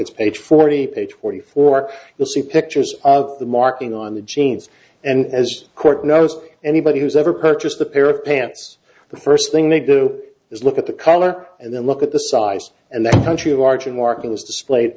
it's page forty page forty four you'll see pictures of the marking on the genes and as court knows anybody who's ever purchased a pair of pants the first thing they do is look at the color and then look at the size and the country of origin markings displayed